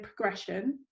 progression